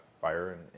fire